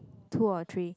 two or three